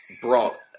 brought